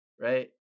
right